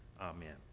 amen